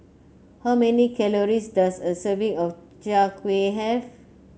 how many calories does a serving of Chai Kueh have